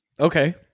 okay